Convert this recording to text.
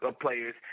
players